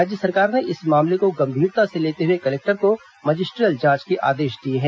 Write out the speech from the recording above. राज्य सरकार ने इस मामले को गंभीरता से लेते हुए कलेक्टर को मजिस्ट्रियल जांच के आदेश दिए हैं